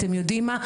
אתם יודעים מה?